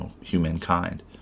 humankind